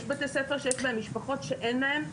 יש בתי ספר שיש בהם משפחות שאין להם,